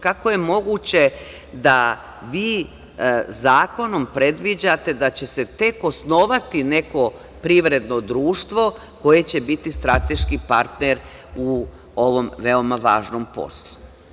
Kako je moguće da vi zakonom predviđate da će se tek osnovati neko privredno društvo koje će biti strateški partner u ovom veoma važnom poslu?